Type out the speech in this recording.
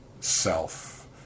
self